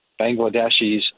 Bangladeshis